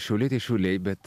šiauliai tai šiauliai bet